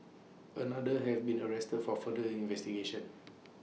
another has been arrested for further investigations